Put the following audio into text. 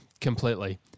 completely